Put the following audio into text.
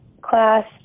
class